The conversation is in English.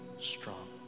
strong